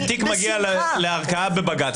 תיק מגיע לערכאה בבג"צ,